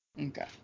Okay